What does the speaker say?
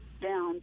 Down